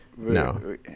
No